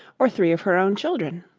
or three of her own children.